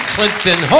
Clinton